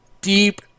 Deep